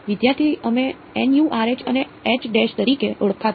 વિદ્યાર્થી અમે nu r H અને H dash તરીકે ઓળખાતા